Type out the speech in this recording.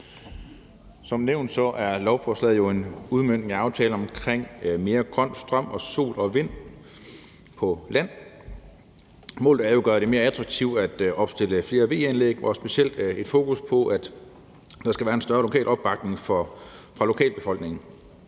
Som nævnt er lovforslaget en udmøntning af aftalen om mere grøn strøm fra sol og vind på land. Målet er at gøre det mere attraktivt at opstille flere VE-anlæg, og der er specielt et fokus på, at der skal være en større opbakning fra lokalbefolkningen.